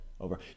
Over